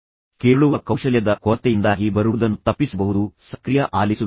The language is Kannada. ಇದು ಅನೇಕ ವಸ್ತುಗಳು ಹಾನಿಗೊಳಗಾಗುವುದನ್ನು ಸಹ ಉಳಿಸುತ್ತದೆ